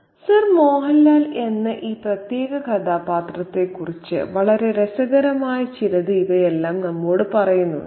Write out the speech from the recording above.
sir Mohanlal എന്ന ഈ പ്രത്യേക കഥാപാത്രത്തെക്കുറിച്ച് വളരെ രസകരമായ ചിലത് ഇവയെല്ലാം നമ്മോട് പറയുന്നുണ്ട്